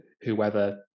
whoever